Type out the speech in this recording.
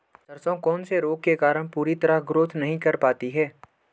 सरसों कौन से रोग के कारण पूरी तरह ग्रोथ नहीं कर पाती है?